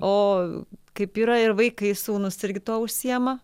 o kaip yra ir vaikai sūnus irgi tuo užsiima